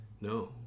No